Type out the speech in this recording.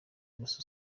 gusa